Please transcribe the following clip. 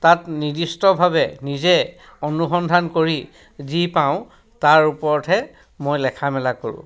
তাত নিৰ্দিষ্টভাৱে নিজে অনুসন্ধান কৰি যি পাওঁ তাৰ ওপৰতহে মই লেখা মেলা কৰোঁ